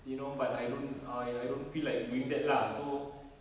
you know but I don't I I don't feel like doing that lah so